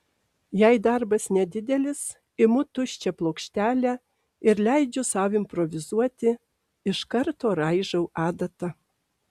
jei darbas nedidelis imu tuščią plokštelę ir leidžiu sau improvizuoti iš karto raižau adata